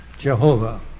Jehovah